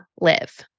live